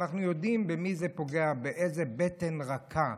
שאנחנו יודעים במי זה פוגע ובאיזו בטן רכה,